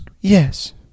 Yes